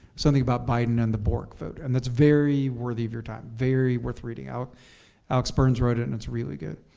something about biden and the bork vote. and that's very worthy of your time. very worth reading. alex burns wrote it and it's really good.